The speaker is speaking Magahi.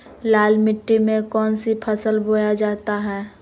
लाल मिट्टी में कौन सी फसल बोया जाता हैं?